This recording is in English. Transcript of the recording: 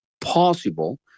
possible